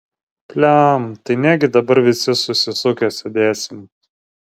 pliam tai negi dabar visi susisukę sėdėsim